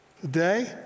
today